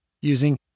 using